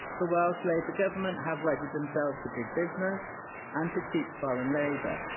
the welsh labour government have wedded themselves to big business and to cheap foreign labour,